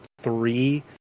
three